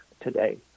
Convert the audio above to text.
today